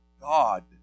God